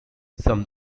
some